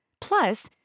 Plus